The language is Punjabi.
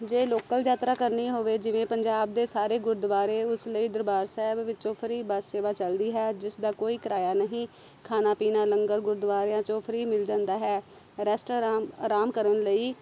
ਜੇ ਲੋਕਲ ਯਾਤਰਾ ਕਰਨੀ ਹੋਵੇ ਜਿਵੇਂ ਪੰਜਾਬ ਦੇ ਸਾਰੇ ਗੁਰਦੁਆਰੇ ਉਸ ਲਈ ਦਰਬਾਰ ਸਾਹਿਬ ਵਿੱਚੋਂ ਫਰੀ ਬੱਸ ਸੇਵਾ ਚੱਲਦੀ ਹੈ ਜਿਸ ਦਾ ਕੋਈ ਕਿਰਾਇਆ ਨਹੀਂ ਖਾਣਾ ਪੀਣਾ ਲੰਗਰ ਗੁਰਦੁਆਰਿਆਂ ਚੋਂ ਫਰੀ ਮਿਲ ਜਾਂਦਾ ਹੈ ਰੈਸਟ ਅਰਾਮ ਅਰਾਮ ਕਰਨ ਲਈ